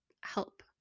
help